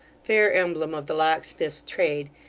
fair emblem of the locksmith's trade,